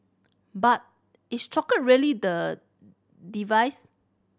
but is chocolate really the device